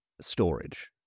storage